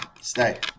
stay